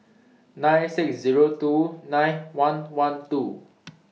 nine thousand six hundred and two nine thousand one hundred and twelve